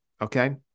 okay